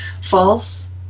false